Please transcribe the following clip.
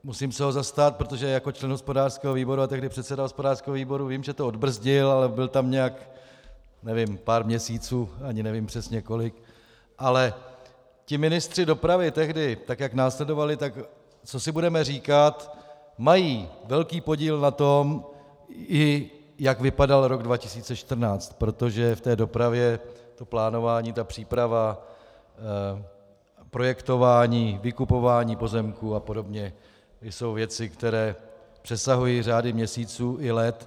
Musím se ho zastat, protože jako člen hospodářského výboru a tehdy předseda hospodářského výboru vím, že to odbrzdil, ale byl tam, nevím, pár měsíců, ani nevím přesně kolik, ale ti ministři dopravy tehdy, tak jak následovali, co si budeme říkat, mají velký podíl na tom, i jak vypadal rok 2014, protože v té dopravě to plánování, příprava, projektování, vykupování pozemků a podobně jsou věci, které přesahují řády měsíců i let.